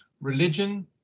religion